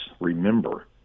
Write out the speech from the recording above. remember